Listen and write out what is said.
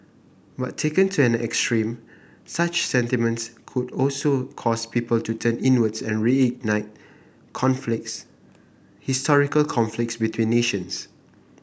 but taken to an extreme such sentiments could also cause people to turn inwards and reignite conflicts historical conflicts between nations